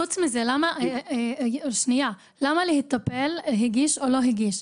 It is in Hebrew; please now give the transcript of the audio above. חוץ מזה, למה להיטפל לעניין אם הגיש או לא הגיש?